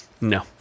no